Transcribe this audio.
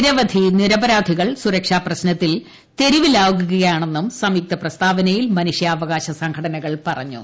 നിരവധി നിരപരാധികൾ സുരക്ഷാ പ്രശ്നത്തിൽ തെരുവിലാകുകയാണെന്നും സംയുക്ത പ്രസ്താവനയിൽ മനുഷ്യാവകാശ സംഘടനകൾ പറഞ്ഞു